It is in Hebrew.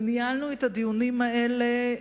וניהלנו את הדיונים האלה,